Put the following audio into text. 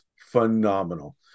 phenomenal